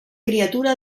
criatura